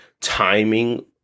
timing